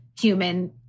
human